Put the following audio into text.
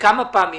כמה פעמים.